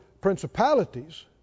principalities